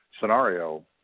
scenario